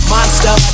Monster